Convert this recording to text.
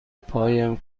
پایم